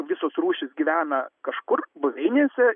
visos rūšys gyvena kažkur buveinėse